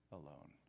alone